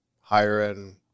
higher-end